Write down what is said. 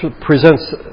presents